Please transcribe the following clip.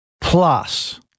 Plus